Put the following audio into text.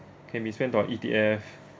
can be spent on E_T_F